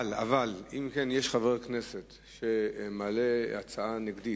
אלא אם כן יש חבר כנסת שמעלה הצעה נגדית,